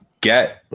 get